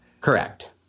Correct